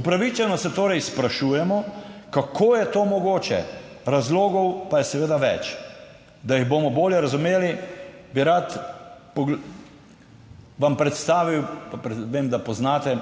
Upravičeno se torej sprašujemo, kako je to mogoče, razlogov pa je seveda več. Da jih bomo bolje razumeli, bi rad vam predstavil, pa vem, da poznate